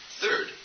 Third